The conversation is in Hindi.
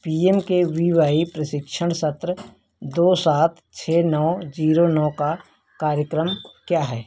P M K V Y प्रशिक्षण सत्र दो सात छह नौ ज़ीरो नौ का कार्यक्रम क्या है